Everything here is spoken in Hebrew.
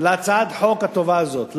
להצעת החוק הטובה הזאת?